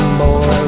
boy